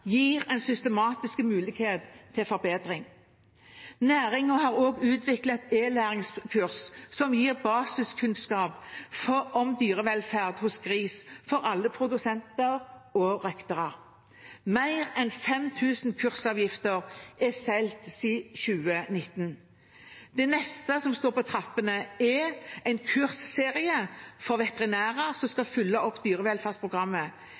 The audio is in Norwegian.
gir en systematisk mulighet til forbedring. Næringen har også utviklet et e-læringskurs som gir basiskunnskap om dyrevelferd hos gris, for alle produsenter og røktere. Mer enn 5 000 kursavgifter er solgt siden 2019. Det neste som står på trappene, er en kursserie for veterinærene som skal følge opp dyrevelferdsprogrammet.